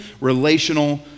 relational